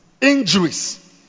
Injuries